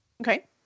Okay